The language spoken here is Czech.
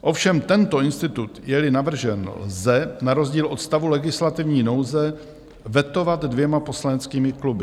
Ovšem tento institut, jeli navržen, lze na rozdíl od stavu legislativní nouze vetovat dvěma poslaneckými kluby.